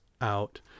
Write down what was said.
out